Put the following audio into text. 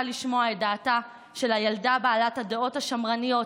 לשמוע את דעתה של הילדה בעלת הדעות השמרניות,